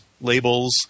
labels